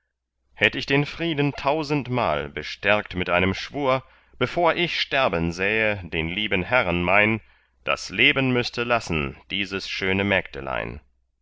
hätt ich den frieden tausendmal bestärkt mit einem schwur bevor ich sterben sähe den lieben herren mein das leben müßte lassen dieses schöne mägdelein